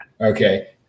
Okay